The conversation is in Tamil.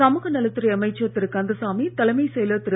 சமூக நலத்துறை அமைச்சர் திரு கந்தசாமி தலைமைனச் செயலர் திரு